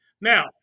Now